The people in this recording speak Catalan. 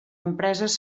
empreses